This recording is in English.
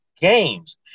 games